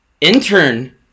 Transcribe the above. intern